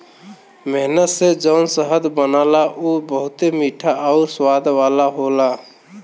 मेहनत से जौन शहद बनला उ बहुते मीठा आउर स्वाद वाला होला